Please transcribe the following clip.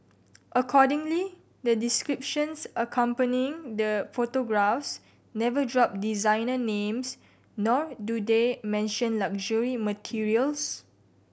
accordingly the descriptions accompanying the photographs never drop designer names nor do they mention luxury materials